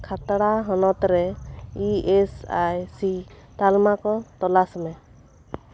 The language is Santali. ᱠᱷᱟᱛᱲᱟ ᱦᱚᱱᱚᱛ ᱨᱮ ᱤ ᱮᱥ ᱟᱭ ᱥᱤ ᱛᱟᱞᱢᱟ ᱠᱚ ᱛᱚᱞᱟᱥ ᱢᱮ